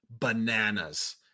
bananas